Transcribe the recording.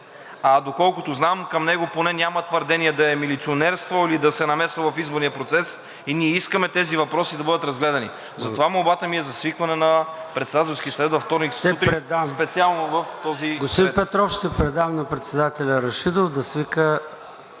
а доколкото знам, към него поне няма твърдение да е милиционерствал, или да се е намесвал в изборния процес. Ние искаме тези въпроси да бъдат разгледани. Затова молбата ми е за свикване на Председателски съвет във вторник.